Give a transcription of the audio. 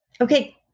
Okay